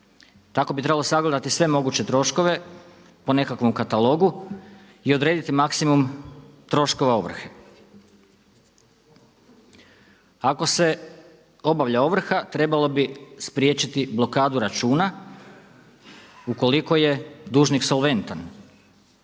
Tako bi trebalo sagledati sve moguće troškove po nekakvom katalogu i odrediti maksimum troškova ovrhe. Ako se obavlja ovrha trebalo bi spriječiti blokadu računa ukoliko je dužnik solventan.